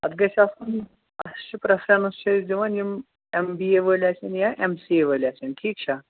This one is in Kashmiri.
اَتھ گژھِ آسُن اَسہِ چھِ پرٛفرَنس چھِ أسۍ دِوَان یِم ایم بی اے وٲلۍ آسن یا ایم سی اے وٲلۍ آسن ٹھیٖک چھا